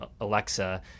Alexa